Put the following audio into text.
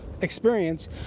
experience